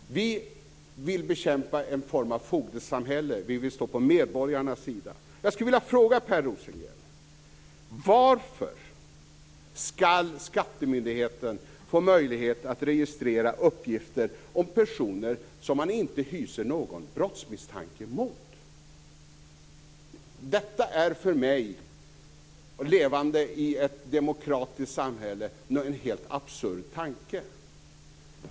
Vi vill bekämpa en form av fogdesamhälle. Vi vill stå på medborgarnas sida. Jag vill fråga Per Rosengren: Varför skall skattemyndigheterna få möjlighet att registrera uppgifter om personer som man inte hyser någon brottsmisstanke mot? Detta är för mig, levande i ett demokratiskt samhälle, en helt absurd tanke.